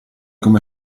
come